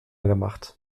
gemacht